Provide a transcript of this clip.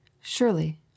surely